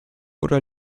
oder